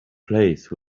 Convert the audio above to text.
place